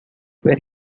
where